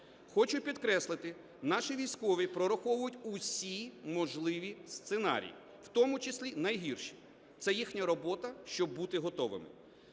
Хочу підкреслити, наші військові прораховують усі можливі сценарії, в тому числі найгірші. Це їхня робота, щоб бути готовими.